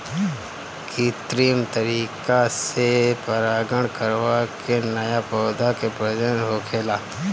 कित्रिम तरीका से परागण करवा के नया पौधा के प्रजनन होखेला